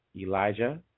Elijah